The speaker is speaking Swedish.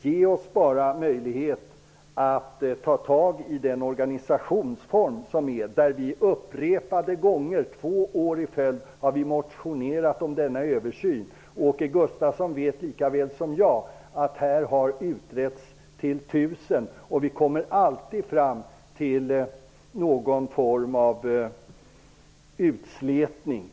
Ge oss bara möjlighet att få en bra organisationsform. Vi har upprepade gånger, två år i följd, motionerat om en översyn. Åke Gustavsson vet lika väl som jag att denna fråga har utretts till tusen. Man kommer alltid fram till något utslätat.